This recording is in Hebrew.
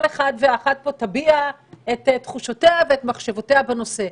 אחד ואחת פה תביע את תחושותיה ואת מחשבותיה בנושא.